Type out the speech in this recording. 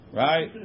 right